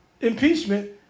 impeachment